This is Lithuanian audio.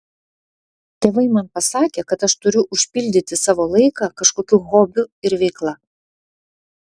tėvai man pasakė kad aš turiu užpildyti savo laiką kažkokiu hobiu ir veikla